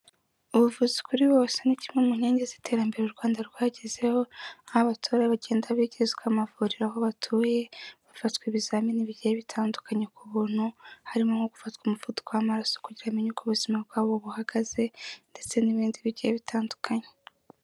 Ubuvuzi kuri bose ni kimwe mu nkingi z'iterambere u Rwanda rwagezeho nk'abatoya bagenda begerezwa amavuriro aho batuye bafatwa ibizamini bigiye bitandukanye ku buntu harimo nko gufatwa umuvuduko w'amaraso kugira bamenye uko ubuzima bwabo buhagaze ndetse n'ibindi bigiye bitandukanye.